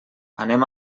anem